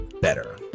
better